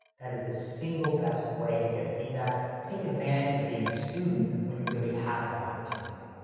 that is the single best way to get feedback. take advantage of being a student when you really have that opportunity.